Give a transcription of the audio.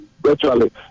virtually